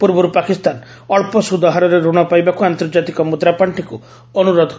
ପୂର୍ବରୁ ପାକିସ୍ତାନ ଅଳ୍ପ ସୁଧ ହାରରେ ରଣ ପାଇବାକୁ ଆନ୍ତର୍ଜାତିକ ମୁଦ୍ରାପାଣ୍ଢିକୁ ଅନୁରୋଧ କରିଥିଲା